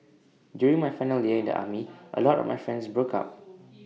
during my final year in the army A lot of my friends broke up